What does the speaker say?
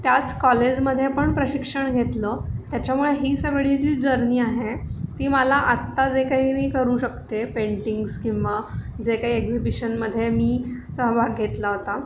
त्याच कॉलेजमध्ये पण प्रशिक्षण घेतलं त्याच्यामुळे ही सगळी जी जर्नी आहे ती मला आत्ता जे काही मी करू शकते पेंटिंग्स किंवा जे काही एक्झिबिशनमध्ये मी सहभाग घेतला होता